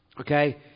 Okay